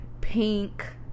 pink